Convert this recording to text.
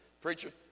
preacher